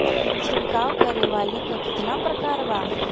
छिड़काव करे वाली क कितना प्रकार बा?